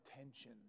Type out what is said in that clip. attention